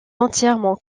entièrement